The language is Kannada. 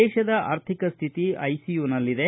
ದೇಶದ ಆರ್ಥಿಕ ಸ್ಥಿತಿ ಐಸಿಯುನಲ್ಲಿದೆ